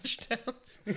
touchdowns